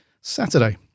Saturday